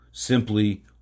simply